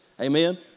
amen